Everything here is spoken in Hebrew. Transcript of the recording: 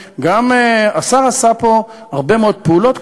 השר עשה פה הרבה מאוד פעולות,